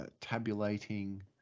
tabulating